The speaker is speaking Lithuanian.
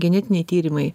genetiniai tyrimai